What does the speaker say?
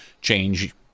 change